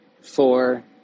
four